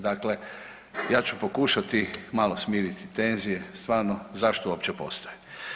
Dakle, ja ću pokušati malo smiriti tenzije, stvarno zašto uopće postoje?